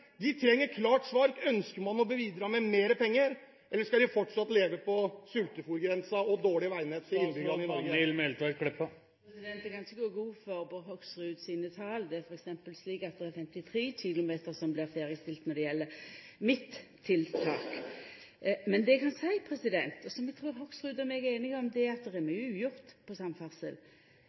De trenger et klart svar: Ønsker man å bidra med mer penger, eller skal de fortsatt leve på sultegrensa, med dårlig veinett for innbyggerne i Norge? Eg kan ikkje gå god for Bård Hoksrud sine tal. Det er f.eks. slik at det er 53 km som blir ferdigstilte når det gjeld midttiltak. Men det eg kan seia, og som eg trur Hoksrud og eg er einige om, er at det er mykje ugjort når det gjeld samferdsel.